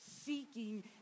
seeking